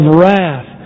wrath